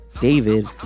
david